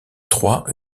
trois